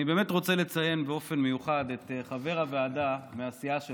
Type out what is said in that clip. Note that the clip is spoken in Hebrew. אני באמת רוצה לציין באופן מיוחד את חבר הוועדה מהסיעה שלך,